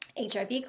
HIV